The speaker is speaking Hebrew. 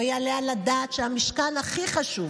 לא יעלה על הדעת שהמשכן הכי חשוב